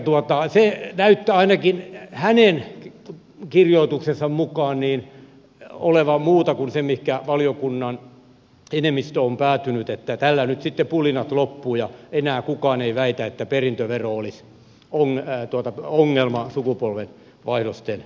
elikkä se näyttää ainakin hänen kirjoituksensa mukaan olevan muuta kuin se mihinkä valiokunnan enemmistö on päätynyt että tällä nyt sitten pulinat loppuvat ja enää kukaan ei väitä että perintövero olisi ongelma sukupolvenvaihdosten osalta